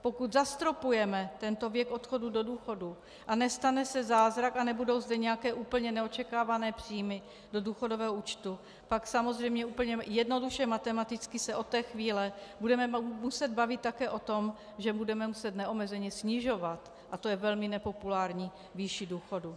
Pokud zastropujeme tento věk odchodu do důchodu a nestane se zázrak a nebudou zde nějaké úplně neočekávané příjmy do důchodového účtu, pak samozřejmě úplně jednoduše matematicky se od té chvíle budeme muset bavit také o tom, že budeme muset neomezeně snižovat, a to je velmi nepopulární, výši důchodu.